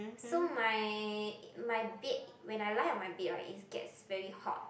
so my my bed when I lie on my bed right it gets very hot